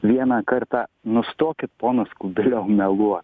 vieną kartą nustokit ponas kubiliau meluot